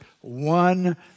one